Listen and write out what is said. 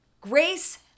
Grace